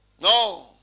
No